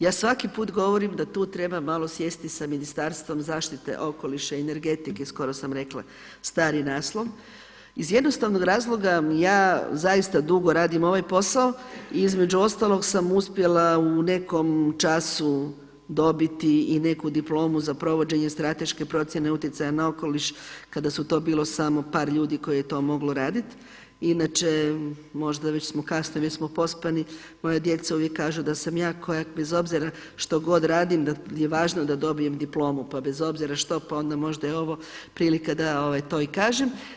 Ja svaki put govorim da tu treba malo sjesti sa Ministarstvom zaštite okoliša i energetike, skoro sam rekla stari naslov, iz jednostavnog razloga ja zaista dugo radim ovaj posao i između ostalog sam uspjela u nekom času dobiti i neku diplomu za provođenje strateške procjene utjecaja na okoliš kada su to bilo samo par ljudi koje je to moglo raditi, inače možda već smo kasno, već smo pospani, moja djeca uvijek kažu da ja sam koja bez obzira što god radim da je važno da dobijem diplomu pa bez obzira što pa onda možda je i ovo prilika da to i kažem.